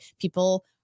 people